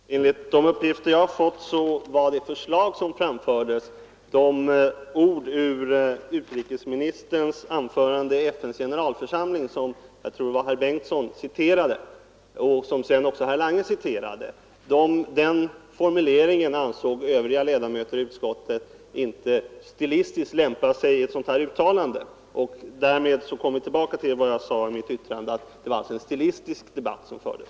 Herr talman! Enligt de uppgifter jag har fått ansåg övriga ledamöter i utskottet att formuleringen enligt det förslag som framfördes — de ord ur utrikesministerns anförande i FN:s generalförsamling som, tror jag, herr förste vice talmannen Bengtson och sedan också herr Lange citerade — inte stilistiskt lämpade sig i ett sådant här uttalande. Därmed kommer vi tillbaka till vad jag tidigare sade, att det var en debatt om stilistiska spörsmål som fördes.